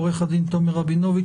עורך הדין תומר רבינוביץ,